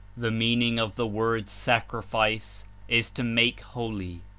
the meaning of the word sacrifice is to make holy,